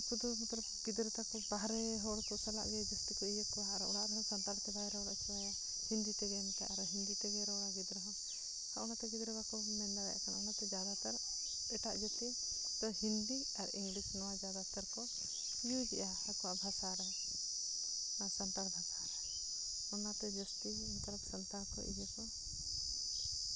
ᱱᱩᱠᱩ ᱫᱚ ᱜᱤᱫᱽᱨᱟᱹ ᱛᱟᱠᱚ ᱵᱟᱦᱨᱮ ᱦᱚᱲ ᱠᱚ ᱥᱟᱞᱟᱜ ᱜᱮ ᱡᱟᱹᱥᱛᱤ ᱠᱚ ᱤᱭᱟᱹ ᱠᱚᱣᱟ ᱟᱨ ᱚᱲᱟᱜ ᱨᱮᱦᱚᱸ ᱥᱟᱱᱛᱟᱲ ᱛᱮ ᱵᱟᱭ ᱨᱚᱲ ᱦᱚᱪᱚ ᱟᱭᱟ ᱦᱤᱱᱫᱤ ᱛᱮᱜᱮ ᱮᱱᱠᱷᱟᱱ ᱟᱨ ᱦᱤᱱᱫᱤ ᱛᱮᱜᱮ ᱨᱚᱲᱟᱭ ᱜᱤᱫᱽᱨᱟᱹ ᱦᱚᱸ ᱚᱱᱟᱛᱮ ᱜᱤᱫᱽᱨᱟᱹ ᱵᱟᱠᱚ ᱢᱮᱱ ᱫᱟᱲᱮᱭᱟᱜ ᱠᱟᱱᱟ ᱚᱱᱟᱛᱮ ᱡᱟᱫᱟᱛᱚᱨ ᱮᱴᱟᱜ ᱡᱟᱹᱛᱤ ᱦᱤᱱᱫᱤ ᱟᱨ ᱤᱝᱞᱤᱥ ᱱᱚᱣᱟ ᱡᱟᱫᱟ ᱛᱚᱨ ᱠᱚ ᱤᱭᱩᱡᱽ ᱮᱫ ᱼᱟ ᱟᱠᱚᱣᱟᱜ ᱵᱷᱟᱥᱟ ᱨᱮ ᱱᱚᱣᱟ ᱥᱟᱱᱛᱟᱲ ᱵᱷᱟᱥᱟ ᱨᱮ ᱚᱱᱟᱛᱮ ᱡᱟᱹᱥᱛᱤ ᱢᱚᱛᱞᱚᱵ ᱥᱟᱱᱛᱟᱲ ᱠᱚᱡ ᱤᱭᱟᱹ ᱠᱚ